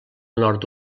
nord